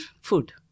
food